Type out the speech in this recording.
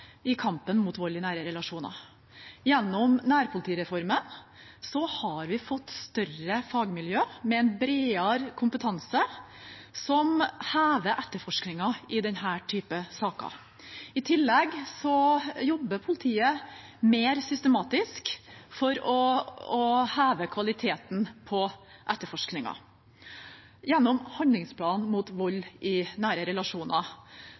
i kampen mot vold i nære relasjoner. Gjennom nærpolitireformen har vi fått større fagmiljø, med en bredere kompetanse, som hever etterforskningen av denne typen saker. I tillegg jobber politiet mer systematisk for å heve kvaliteten på etterforskningen. Gjennom handlingsplanen mot vold i nære relasjoner